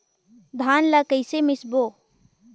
धान ला कइसे मिसबो?